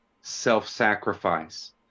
self-sacrifice